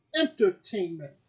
Entertainment